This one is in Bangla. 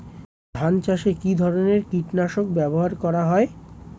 ধান চাষে কী ধরনের কীট নাশক ব্যাবহার করা হয়?